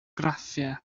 graffiau